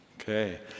Okay